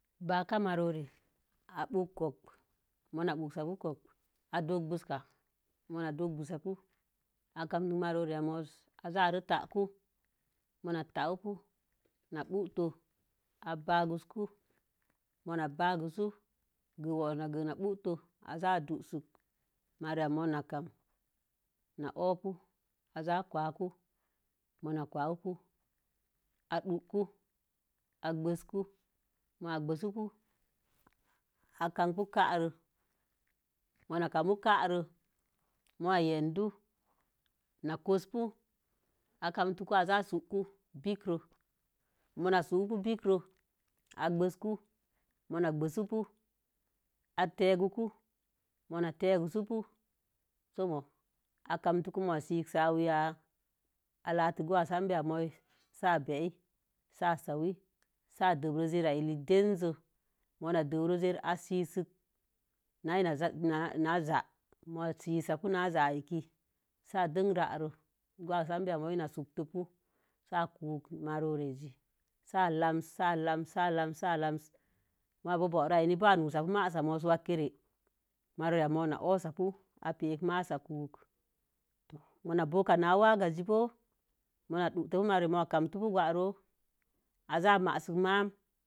Ba'aka marore a banke konkə muna bunkə ka konkə, a dokwiz ka. Muna dokwika a’ kantə marore'a mo zi a za'a taku ma'an tawu kə na bunto, ā bagwuku ma bagwu wu'osū na gi na bunto a dunku. Marore'a mo̱o̱ na kam na obu’ a za kwəku mana kwəkə a dunku ā gwəku ma gwasukə â kamku ka'are mona kamu ka'are mo̱o̱ yendu n kosəpu ā kamtu'u pikre ma̱ mio̱o̱na gwəsukə ā tegugu'u ma tegugu'u bu so̱o̱ mo̱o̱ ā kamtu ma sikə sə ya ā lakə gowasabi mohi sə a belhii sə a səwi, sə a da'are zira jirare ma da'are zira re sə a sirkə na za'a ma za'a pu na za'a aki si a dən ra'ah gowa sanbiya mo̱o̱ na sə a kutun marore sə i lasi sə a lasi mo̱o̱mon ge poro aəni sə nosapu marsa mo̱o̱ wakere. Marore yamo na o'osa piu ī pə ma'az a kukə ma na bo̱o̱ana cvaaragazi bo̱o̱ moona dutəkə ma kantu pu gwere bo̱o̱ a zaha masik ma'am.